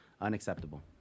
unacceptable